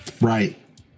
right